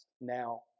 now